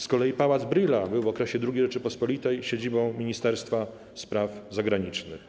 Z kolei Pałac Brühla był w okresie II Rzeczypospolitej siedzibą Ministerstwa Spraw Zagranicznych.